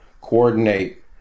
coordinate